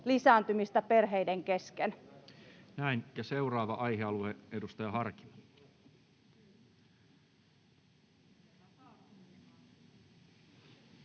lisääntymistä perheiden kesken. Seuraava aihealue, edustaja Harkimo.